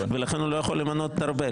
ולכן הוא לא יכול למנות את ארבל.